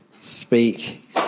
speak